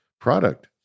product